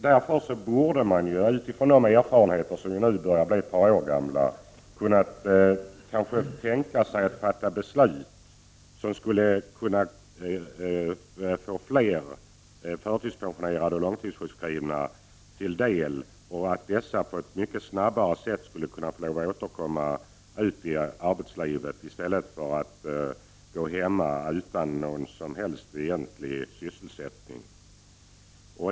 Därför borde man, med de erfarenheter som nu börjar bli ett par år gamla, kunna fatta beslut om åtgärder som gör att fler förtidspensionerade och långtidssjukskrivna mycket snabbare bara kan gå tillbaka till arbetslivet i stället för att stanna hemma utan någon som helst egentlig sysselsättning.